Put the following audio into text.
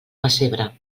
pessebre